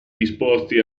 disposti